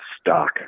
stock